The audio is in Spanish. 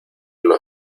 los